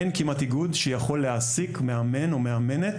אין כמעט איגוד שיכול להעסיק מאמן או מאמנת